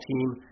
team